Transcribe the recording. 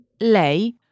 lei